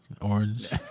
Orange